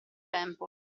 tempo